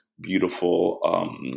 beautiful